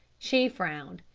she frowned.